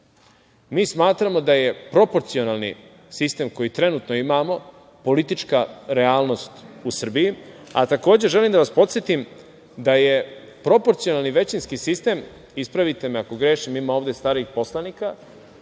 smatramo da je proporcionalni sistem koji trenutno imamo politička realnost u Srbiji, a takođe želim da vas podsetim da je proporcionalni većinski sistem, ispravite me ako grešim, ima ovde starijih poslanika,